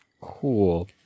Cool